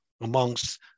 amongst